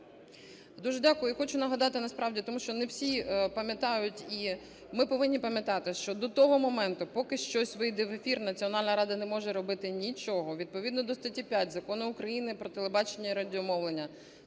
Дуже дякую. І хочу нагадати насправді, тому що не всі пам'ятають і ми повинні пам'ятати, що до того моменту, поки щось вийде в ефір, Національна рада не може робити нічого. Відповідно до статті 5 Закону України "Про телебачення і радіомовлення"